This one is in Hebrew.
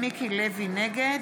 נגד